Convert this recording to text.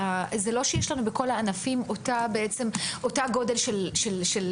זה לא שיש לנו בכל הענפים אותו גודל של עונה.